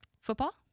Football